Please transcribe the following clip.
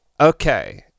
okay